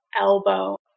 elbow